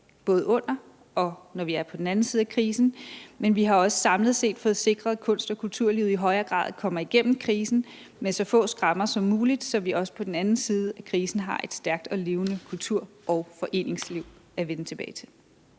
både under og på den anden side af krisen. Men vi har også samlet set fået sikret, at kunst- og kulturlivet i højere grad kommer igennem krisen med så få skrammer som muligt, så vi også på den anden side af krisen har et stærkt og levende kultur- og foreningsliv at vende tilbage til.